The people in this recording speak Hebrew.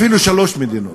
אפילו שלוש מדינות,